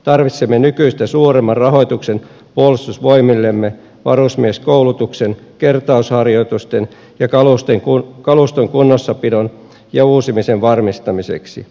tarvitsemme nykyistä suuremman rahoituksen puolustusvoimillemme varusmieskoulutuksen kertausharjoitusten sekä kaluston kunnossapidon ja uusimisen varmistamiseksi